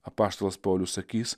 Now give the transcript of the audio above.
apaštalas paulius sakys